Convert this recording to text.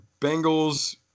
Bengals